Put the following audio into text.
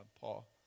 Paul